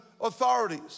authorities